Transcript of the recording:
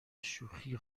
شوخی